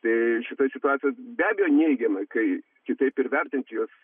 tai šitoj situacijoj be abejo neigiamai kai kitaip ir vertinti jos